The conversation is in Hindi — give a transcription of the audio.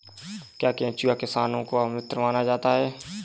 क्या केंचुआ किसानों का मित्र माना जाता है?